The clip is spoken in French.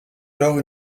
alors